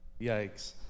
yikes